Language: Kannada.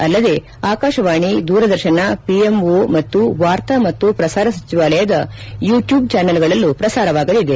ಅಲ್ಲದೇ ಆಕಾಶವಾಣಿ ದೂರದರ್ಶನ ಪಿಎಂಒ ಮತ್ತು ವಾರ್ತಾ ಮತ್ತು ಪ್ರಸಾರ ಸಚಿವಾಲಯದ ಯೂ ಟ್ಯೂಬ್ ಚಾನಲ್ ಗಳಲ್ಲೂ ಪ್ರಸಾರವಾಗಲಿದೆ